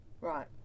Right